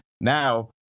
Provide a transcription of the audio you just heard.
now